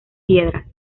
piedras